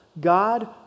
God